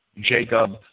Jacob